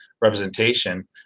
representation